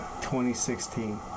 2016